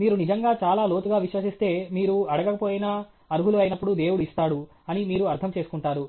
మీరు నిజంగా చాలా లోతుగా విశ్వసిస్తే మీరు అడగకపోయినా అర్హులు అయినప్పుడు దేవుడు ఇస్తాడు అని మీరు అర్థం చేసుకుంటారు